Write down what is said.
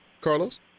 Carlos